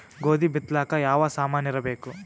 ಗೋಧಿ ಬಿತ್ತಲಾಕ ಯಾವ ಸಾಮಾನಿರಬೇಕು?